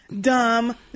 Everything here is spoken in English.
dumb